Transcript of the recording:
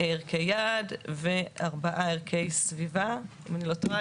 ערכי יעד וארבעה ערכי סביבה, אם אני לא טועה.